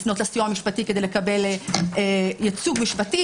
לפנות לסיוע המשפטי כדי לקבל ייצוג משפטי,